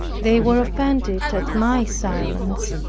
they were offended at my silence,